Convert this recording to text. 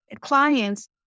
clients